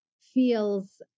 feels